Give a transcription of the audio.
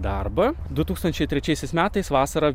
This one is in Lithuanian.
darbą du tūkstančiai trečiaisiais metais vasarą